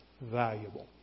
valuable